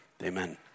Amen